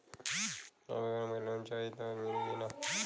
अगर हमके लोन चाही त मिली की ना?